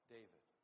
David